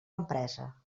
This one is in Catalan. empresa